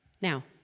Now